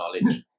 knowledge